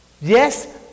Yes